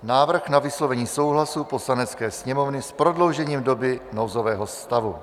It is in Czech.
Návrh na vyslovení souhlasu Poslanecké sněmovny s prodloužením doby nouzového stavu